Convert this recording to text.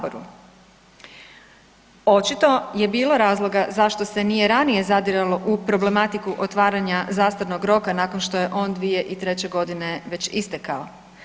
Očito je bilo razloga zašto se nije ranije zadiralo u problematiku otvaranja zastarnog roka nakon što je on 2003.g. već istekao.